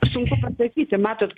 sunku pasakyti matot